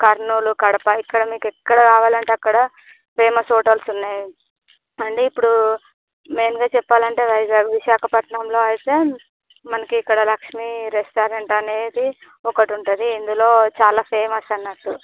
కర్నూలు కడప ఇక్కడ మీకు ఎక్కడ కావాలంటే అక్కడ ఫేమస్ హోటల్స్ ఉన్నాయి అంటే ఇప్పుడు మెయిన్గా చెప్పాలి అంటే వైజాగ్ విశాఖపట్నంలో అయితే మనకి ఇక్కడ లక్ష్మీ రెస్టారెంట్ అని ఒకటి ఉంటుంది ఇందులో చాలా ఫేమస్ అన్నట్టు